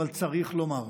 אבל צריך לומר,